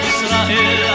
Israel